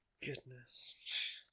Goodness